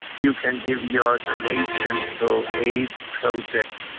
you can give your donations to aid projects.